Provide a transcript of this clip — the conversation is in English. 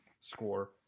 score